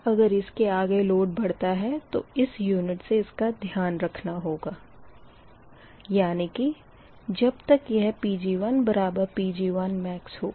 अगर इसके आगे लोड बढ़ता है तो इस यूनिट से इसका ध्यान रखना होगा यानी कि जब तक यह Pg1Pg1max होगा